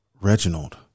Reginald